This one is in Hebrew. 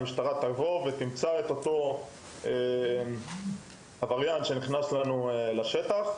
כדי שתבוא ותמצא את אותו עבריין שנכנס לנו לשטח.